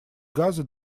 газы